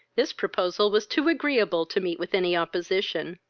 this proposal was too agreeable to meet with any opposition.